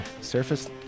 Surface